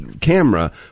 camera